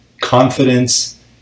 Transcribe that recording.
confidence